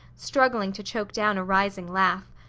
struggling to choke down a rising laugh.